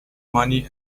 money